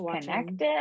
connected